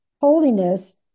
Holiness